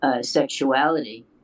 sexuality